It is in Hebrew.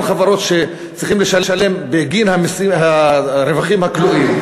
חברות שצריכות לשלם בגין הרווחים הכלואים,